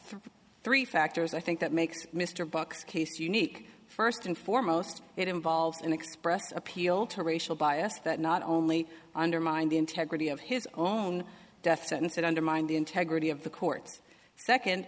are three factors i think that makes mr bucks case unique first and foremost it involves an expressed appeal to racial bias that not only undermine the integrity of his own death sentence it undermine the integrity of the court second